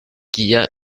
gier